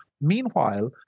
Meanwhile